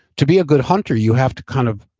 to be a good hunter you have to kind of,